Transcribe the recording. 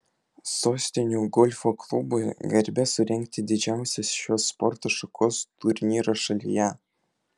sostinių golfo klubui garbė surengti didžiausią šios sporto šakos turnyrą šalyje